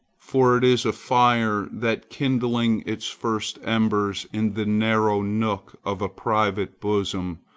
for it is a fire that kindling its first embers in the narrow nook of a private bosom,